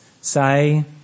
Say